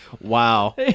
Wow